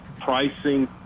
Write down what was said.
pricing